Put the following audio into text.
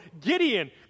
Gideon